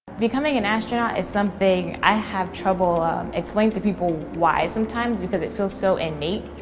becoming an astronaut is something i have trouble explaining to people why sometimes because it feels so innate.